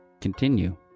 continue